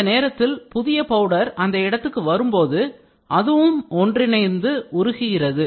இந்த நேரத்தில் புதிய பவுடர் அந்த இடத்துக்கு வரும்போது அதுவும் ஒன்றிணைந்து உருகுகிறது